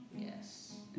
Yes